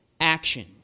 action